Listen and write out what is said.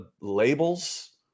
labels